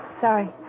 sorry